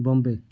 Bombay